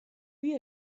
lui